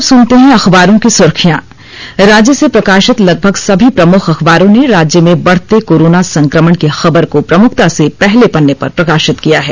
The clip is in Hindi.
अखबारों की सुर्खियां राज्य से प्रकाशित लगभग समी प्रमुख अखबारों ने राज्य में बढते कोरोना संक्रमण की खबर को प्रमुखता से पहले पन्ने पर प्रकाशित किया है